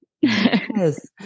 Yes